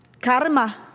Karma